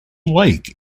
lake